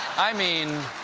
i mean,